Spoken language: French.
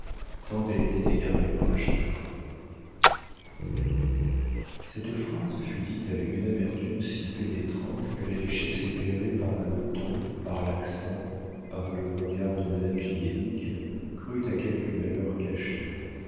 tant elle était égarée par le chagrin cette phrase fut dite avec une amertume si pénétrante que la duchesse éclairée par le ton par l'accent par le regard de madame du guénic crut à quelque malheur caché